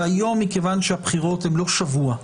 שהיום, מכיוון שהבחירות הן לא שבוע,